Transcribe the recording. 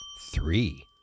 Three